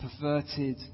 perverted